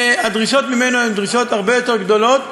הדרישות ממנו הן דרישות הרבה יותר גדולות,